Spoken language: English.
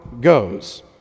goes